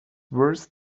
worth